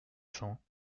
cents